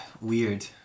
weird